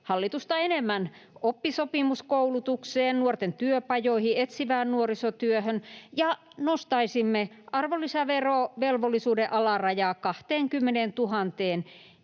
hallitusta enemmän oppisopimuskoulutukseen, nuorten työpajoihin ja etsivään nuorisotyöhön. Ja nostaisimme arvonlisäverovelvollisuuden alarajaa 20 000